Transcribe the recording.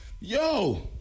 Yo